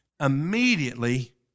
immediately